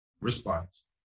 response